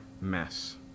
mess